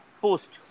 post